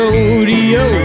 Rodeo